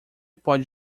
pode